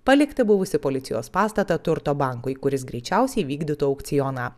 palikti buvusį policijos pastatą turto bankui kuris greičiausiai vykdytų aukcioną